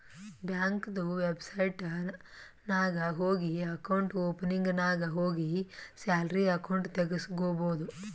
ಬ್ಯಾಂಕ್ದು ವೆಬ್ಸೈಟ್ ನಾಗ್ ಹೋಗಿ ಅಕೌಂಟ್ ಓಪನಿಂಗ್ ನಾಗ್ ಹೋಗಿ ಸ್ಯಾಲರಿ ಅಕೌಂಟ್ ತೆಗುಸ್ಕೊಬೋದು